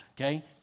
okay